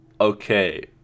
Okay